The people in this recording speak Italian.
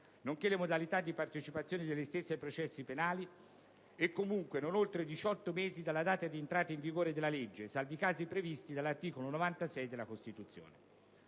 nonché le modalità di partecipazione degli stessi ai processi penali, e, comunque, non oltre diciotto mesi dalla data di entrata in vigore della legge, salvi i casi previsti dall'articolo 96 della Costituzione.